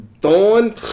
Thorn